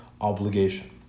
obligation